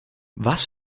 was